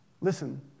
Listen